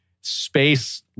space